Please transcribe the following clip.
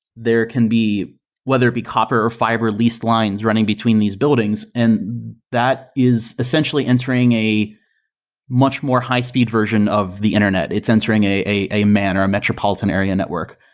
there can be whether it'd be copper or fiber leased lines running between these buildings, and that is essentially entering a much more high-speed version of the internet. it's entering a a man or a metropolitan area network.